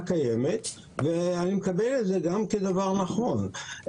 קיימת ואני מקבל את זה גם כדבר נכון.